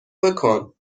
بکن